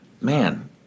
man